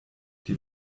die